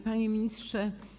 Panie Ministrze!